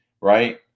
right